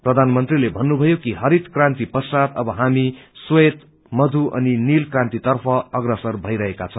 प्रधानमंत्रीले भन्नुभ्नयो कि हरित क्रासन्ति पश्चात अव हामी स्वेत मधु अनि नील क्रान्ति तर्फ अग्रसर भईरहेको छ